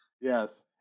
yes